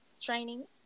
training